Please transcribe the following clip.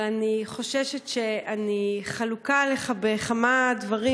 אבל אני חוששת שאני חלוקה עליך בכמה דברים.